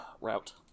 route